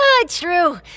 True